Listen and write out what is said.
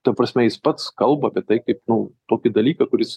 ta prasme jis pats kalba apie tai kaip nu tokį dalyką kuris